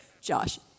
josh